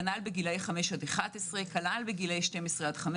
כנ"ל בגילאי 5 עד 11 וכנ"ל בגילאי 12 עד 15